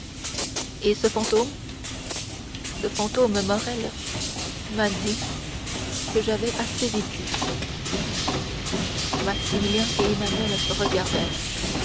et ce fantôme ce fantôme morrel m'a dit que j'avais assez vécu maximilien et emmanuel se